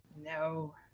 No